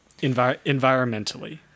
Environmentally